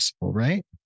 right